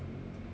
because